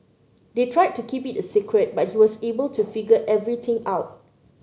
they tried to keep it a secret but he was able to figure everything out